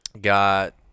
got